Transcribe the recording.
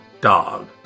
Dog